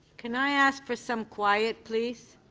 can i ask for some quiet, please.